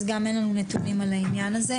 אז גם אין לנו נתונים על העניין הזה.